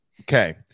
Okay